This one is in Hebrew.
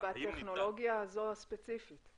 בטכנולוגיה הזו, הספציפית.